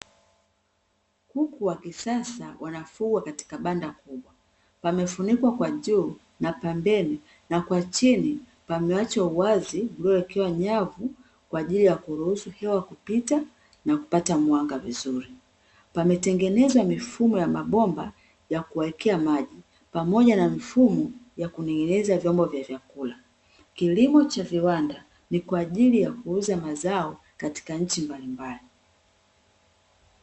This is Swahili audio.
Kuku wa kisasa wanafugwa katika banda kubwa, pamefunikwa kwa juu na pembeni na kwa chini pameachwa uwazi ulioekewa nyavu kwa ajili ya kuruhusa hewa kupita na kupata mwanga vizuri. Pametengenezwa mifumo ya mabomba ya kuwaekea maji pamoja na mifumo ya kuneng'eneza vyombo ya chakula. Kilimo cha viwanda ni kwa ajili ya kuuza mazao katika nchi mbalimbali.